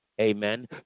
Amen